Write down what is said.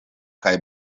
kaj